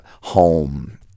home